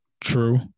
True